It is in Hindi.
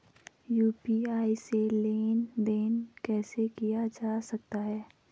यु.पी.आई से लेनदेन कैसे किया जा सकता है?